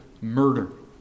Murder